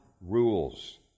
rules